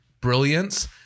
brilliance